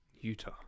Utah